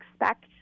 expect